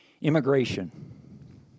Immigration